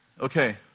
Okay